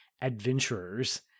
adventurers